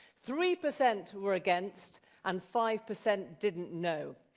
three percent were against and five percent didn't know.